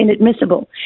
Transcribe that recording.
inadmissible